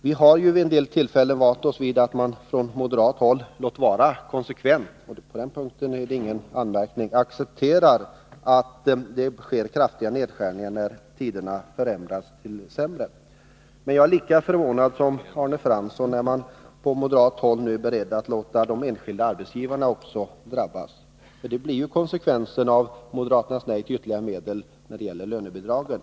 Vi har ju vant oss vid att man vid en del tillfällen från moderat håll konsekvent — på den punkten är det ingen anmärkning — accepterar att det sker kraftiga nedskärningar när tiderna förändras till det sämre. Men jag är lika förvånad som Arne Fransson när man på moderat håll nu är beredd att låta också de enskilda arbetsgivarna drabbas. För det blir konsekvensen av moderaternas nej till ytterligare medel när det gäller lönebidragen.